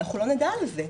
אנחנו לא נדע על זה.